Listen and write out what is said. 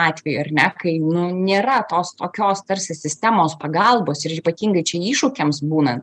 atveju ar ne kai nu nėra tos tokios tarsi sistemos pagalbos ir ypatingai čia iššūkiams būna